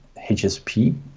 HSP